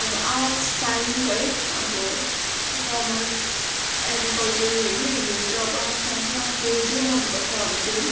अब arts science है अब कमर्स एग्रिकलचर हेरिहेरि हुन्छ अब आफ्नो आफ्नो आफूलाई जे मन पर्छ अब त्यही